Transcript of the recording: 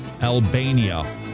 Albania